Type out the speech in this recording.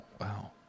wow